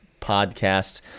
podcast